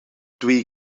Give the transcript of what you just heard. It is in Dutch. twee